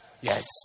Yes